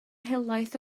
helaeth